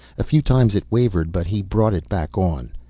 a few times it wavered, but he brought it back on.